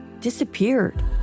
disappeared